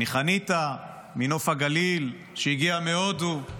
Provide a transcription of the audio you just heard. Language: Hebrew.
מחניתה, מנוף הגליל שהגיע מהודו,